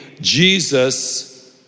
Jesus